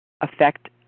affect